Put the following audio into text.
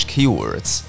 Keywords